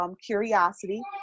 curiosity